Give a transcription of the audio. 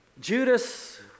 Judas